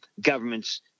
governments